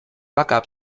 backup